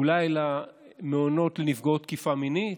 אולי למעונות לנפגעות תקיפה מינית?